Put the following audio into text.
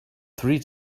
three